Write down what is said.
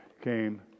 came